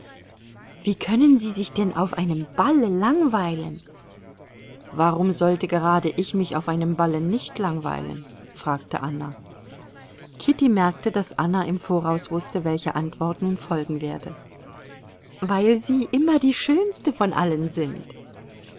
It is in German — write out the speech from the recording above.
wie können sie sich denn auf einem balle langweilen warum sollte gerade ich mich auf einem balle nicht langweilen fragte anna kitty merkte daß anna im voraus wußte welche antwort nun folgen werde weil sie immer die schönste von allen sind